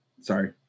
sorry